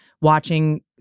watching